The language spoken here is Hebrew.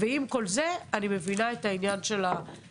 ועם כל זה, אני מבינה את העניין של ה-80%.